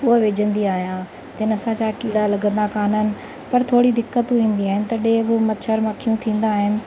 हुअ विझंदी आहियां तिनि सां छा कीड़ा लॻंदा कान्हनि पर थोरी दिक़तूं ईंदियूं आहिनि तॾहिं हू मछर मक्खी थींदा आहिनि